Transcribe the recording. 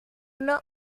uno